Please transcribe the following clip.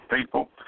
people